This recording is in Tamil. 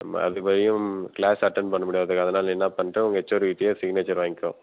நம்ம அது வரலையும் கிளாஸ் அட்டண்ட் பண்ண முடியாது அதனால் நீ என்ன பண்ணுறே ஹெச்சோடிக்கிட்டையும் சிக்னேச்சர் வாங்கிக்கோ